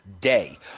day